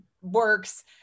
works